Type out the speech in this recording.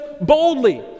boldly